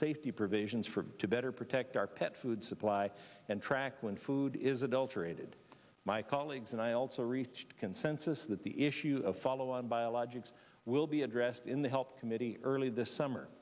safety provisions for to better protect our pet food supply and track when food is adulterated my colleagues and i also reached consensus that the issue of follow on biologics will be addressed in the health committee earlier this summer